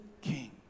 king